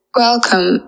welcome